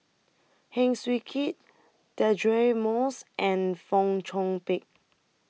Heng Swee Keat Deirdre Moss and Fong Chong Pik